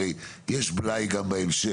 הרי יש גם בלאי בהמשך.